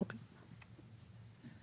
אוקיי.